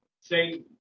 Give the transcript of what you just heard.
say